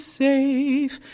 safe